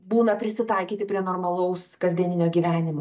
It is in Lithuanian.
būna prisitaikyti prie normalaus kasdieninio gyvenimo